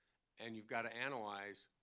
and you've got to analyze